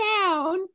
down